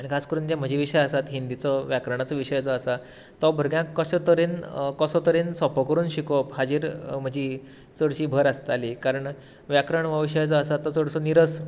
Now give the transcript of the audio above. आनी खास करून जे म्हजे विशय आसात हिंदीचो व्याकरणाचो विशय जो आसा तो भुरग्यांक कशें तरेन कसो तरेन सोंपो करून शिकोवप हाचेर म्हजी चडशी भर आसताली कारण व्याकरण जो हो विशय आसा चडसो निरस